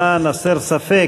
למען הסר ספק,